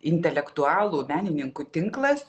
intelektualų menininkų tinklas